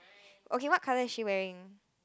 okay what colour is she wearing